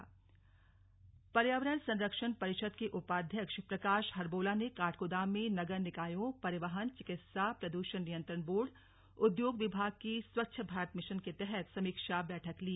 बैठक हल्द्वानी पर्यावरण संरक्षण परिषद के उपाध्यक्ष प्रकाश हर्बोला ने काठगोदाम में नगर निकायों परिवहन चिकित्सा प्रदूषण नियंत्रण बोर्ड उद्योग विभाग की स्वच्छ भारत मिशन के तहत समीक्षा बैठक ली